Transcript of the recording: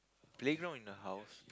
playground in a house